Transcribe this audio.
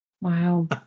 Wow